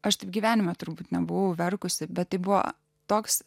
aš taip gyvenime turbūt nebuvau verkusi bet tai buvo toks